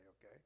okay